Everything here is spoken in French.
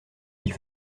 ils